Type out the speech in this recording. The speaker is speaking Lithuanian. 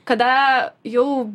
kada jau